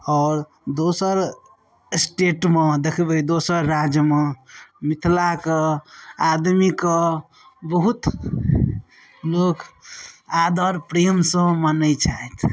आओर दोसर स्टेटमे देखबय दोसर राज्यमे मिथिलाके आदमीके बहुत लोक आदर प्रेमसँ मानय छथि